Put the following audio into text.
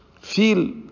feel